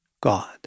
God